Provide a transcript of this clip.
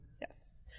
Yes